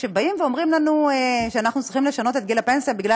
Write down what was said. כשאומרים לנו שאנחנו צריכים לשנות את גיל הפנסיה בגלל